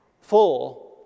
Full